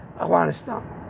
Afghanistan